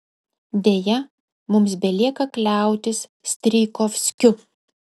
deja mums belieka kliautis strijkovskiu